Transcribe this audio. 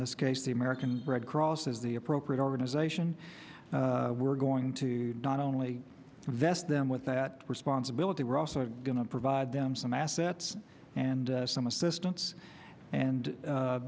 this case the american red cross is the appropriate organization we're going to not only vest them with that responsibility we're also going to provide them some assets and some assistance and